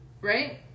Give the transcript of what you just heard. right